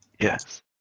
Yes